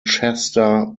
chester